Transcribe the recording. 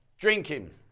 drinking